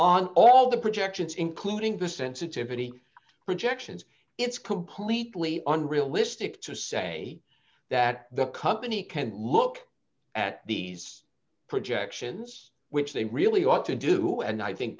on all the projections including the sensitivity projections it's completely unrealistic to say that the company can't look at these projections which they really ought to do and i think